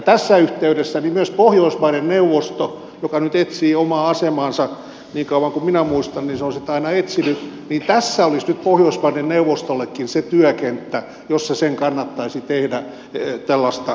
tässä yhteydessä myös pohjoismaiden neuvostolle joka nyt etsii omaa asemaansa niin kauan kuin minä muistan niin se on sitä aina etsinyt olisi nyt se työkenttä jossa sen kannattaisi tehdä maailmanpolitiikkaa